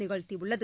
நிகழ்த்தியுள்ளது